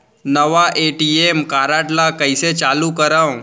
नवा ATM card ल कइसे चालू करव?